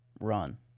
Run